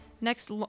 next